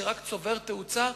שרק צובר תאוצה,